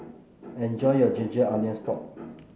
enjoy your Ginger Onions Pork